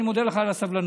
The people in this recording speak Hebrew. אני מודה לך על הסבלנות.